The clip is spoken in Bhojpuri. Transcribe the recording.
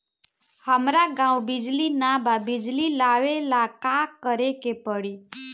हमरा गॉव बिजली न बा बिजली लाबे ला का करे के पड़ी?